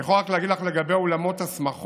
אני יכול רק להגיד לך לגבי אולמות השמחות,